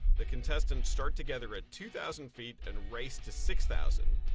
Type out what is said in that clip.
the contestants start together at two thousand feet and race to six thousand.